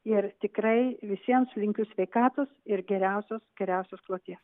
ir tikrai visiems linkiu sveikatos ir geriausios geriausios kloties